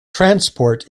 transport